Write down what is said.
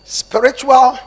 spiritual